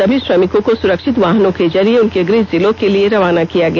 सभी श्रमिकों को सुरक्षित वाहनों के जरिये उनके गृह जिलों के लिए रवाना किया गया